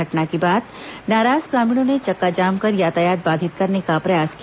घटना के बाद नाराज ग्रामीणों ने चक्काजाम कर यातायात बाधित करने का प्रयास किया